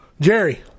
jerry